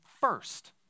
first